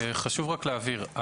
חשוב להבהיר,